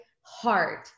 heart